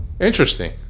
Interesting